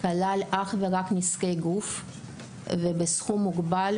כלל אך ורק נזקי גוף ובסכום מוגבל,